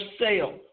sale